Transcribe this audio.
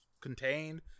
contained